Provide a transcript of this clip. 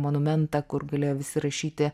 monumentą kur galėjo visi rašyti